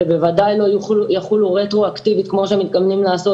ובוודאי לא יחולו רטרואקטיבית כמו שהם מתכוונים לעשות.